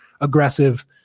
aggressive